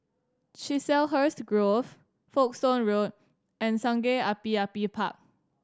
Chiselhurst Grove Folkestone Road and Sungei Api Api Park